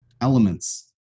elements